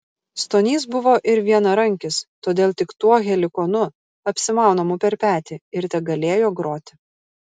stonys buvo ir vienarankis todėl tik tuo helikonu apsimaunamu per petį ir tegalėjo groti